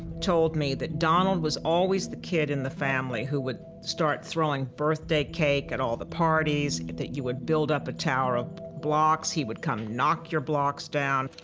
told me that donald was always the kid in the family who would start throwing birthday cake at all the parties, that you would build up a tower of blocks, he would come knock your blocks down.